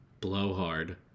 blowhard